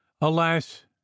Alas